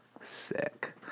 Sick